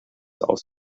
aus